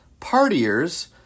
partiers